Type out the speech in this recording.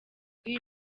iyi